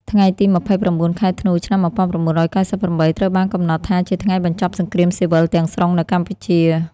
ថ្ងៃទី ២៩ ខែធ្នូ ឆ្នាំ ១៩៩៨ ត្រូវបានកំណត់ថាជាថ្ងៃបញ្ចប់សង្គ្រាមស៊ីវិលទាំងស្រុងនៅកម្ពុជា។